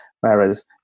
Whereas